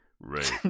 Right